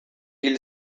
hil